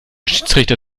schiedsrichter